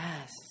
Yes